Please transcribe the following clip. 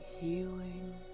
healing